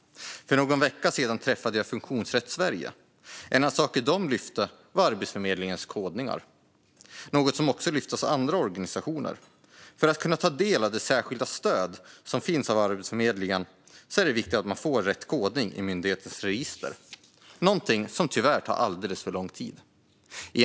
För någon vecka sedan träffade jag Funktionsrätt Sverige. En av de saker man där lyfte var Arbetsförmedlingens kodningar, något som också lyfts av andra organisationer. För att kunna ta del av det särskilda stöd som finns hos Arbetsförmedlingen är det viktigt att personen har rätt kodning i myndighetens register, något som tyvärr tar alldeles för lång tid att få.